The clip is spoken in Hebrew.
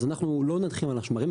אז אנחנו לא נחים על השמרים,